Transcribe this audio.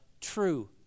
true